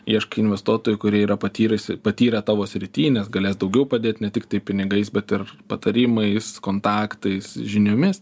ieškai investuotojų kurie yra patyresi patyrę tavo srity nes galės daugiau padėt ne tiktai pinigais bet ir patarimais kontaktais žiniomis